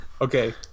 okay